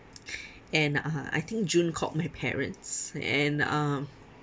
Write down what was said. and uh I think june called my parents and uh